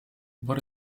what